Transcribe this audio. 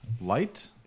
light